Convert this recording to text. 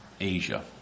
Asia